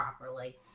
properly